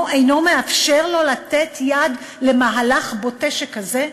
אינו מאפשר לו לתת יד למהלך בוטה שכזה?